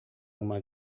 uma